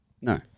no